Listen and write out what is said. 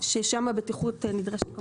ששם הבטיחות נדרשת פחות,